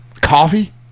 Coffee